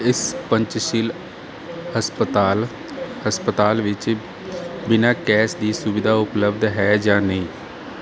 ਇਸ ਪੰਚਸ਼ੀਲ ਹਸਪਤਾਲ ਹਸਪਤਾਲ ਵਿੱਚ ਬਿਨਾਂ ਕੈਸ਼ ਦੀ ਸੁਵਿਧਾ ਉਪਲੱਬਧ ਹੈ ਜਾਂ ਨਹੀਂ